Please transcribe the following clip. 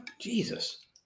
Jesus